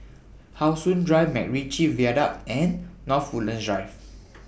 How Sun Drive Macritchie Viaduct and North Woodlands Drive